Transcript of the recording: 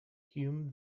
hume